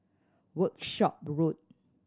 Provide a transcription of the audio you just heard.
Workshop Road